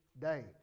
day